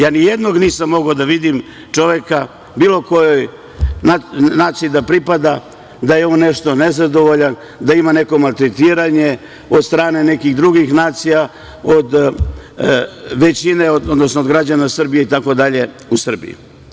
Nijednog nisam mogao da vidim čoveka bilo kojoj naciji da pripada da je on nešto nezadovoljan, da ima neko maltretiranje od strane nekih drugih nacija, od većine, odnosno od građana Srbije itd. u Srbiji.